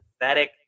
pathetic